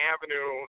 Avenue